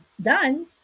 done